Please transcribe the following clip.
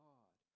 God